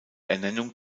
ernennung